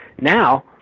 Now